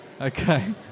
Okay